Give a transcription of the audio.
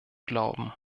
glauben